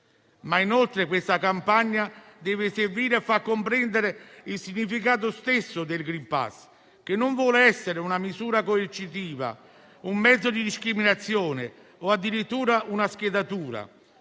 la pandemia. Questa campagna deve servire altresì a far comprendere il significato stesso del *green pass* che non vuole essere una misura coercitiva, un mezzo di discriminazione o addirittura una schedatura.